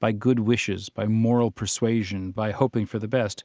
by good wishes, by moral persuasion, by hoping for the best.